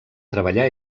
treballar